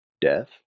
Death